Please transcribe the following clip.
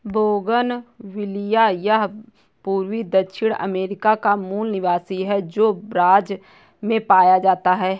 bougainvillea यह पूर्वी दक्षिण अमेरिका का मूल निवासी है, जो ब्राज़ से पाया जाता है